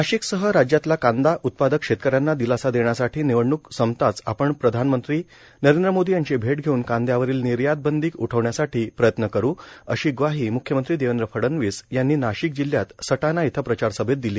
नाशिकसह राज्यातल्या कांदा उत्पादक शेतकऱ्यांना दिलासा देण्यासाठी निवडणूक संपताच आपण प्रधानमंत्री नरेंद्र मोदी यांची भेट घेऊन कांदयावरील निर्यात बंदी उठवण्यासाठी आपण प्रयत्न करू अशी ग्वाही म्ख्यमंत्री देवेंद्र फडणवीस यांनी नाशिक जिल्ह्यात सटाणा इथं प्रचार सभेत दिली